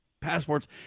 passports